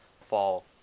fall